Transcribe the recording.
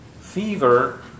Fever